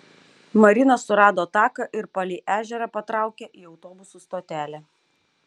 marina surado taką ir palei ežerą patraukė į autobusų stotelę